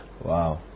Wow